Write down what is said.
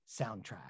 soundtrack